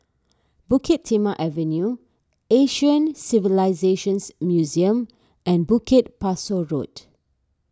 Bukit Timah Avenue Asian Civilisations Museum and Bukit Pasoh Road